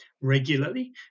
regularly